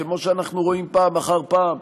כמו שאנחנו רואים פעם אחר פעם,